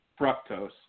fructose